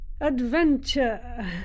adventure